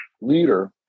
leader